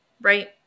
Right